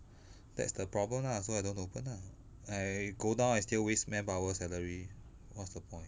that's the problem ah so I don't open ah I go down I still waste manpower salary what's the point